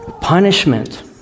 Punishment